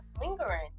lingering